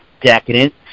decadent